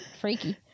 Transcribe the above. Freaky